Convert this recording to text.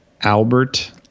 Albert